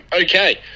Okay